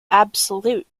absolute